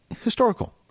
Historical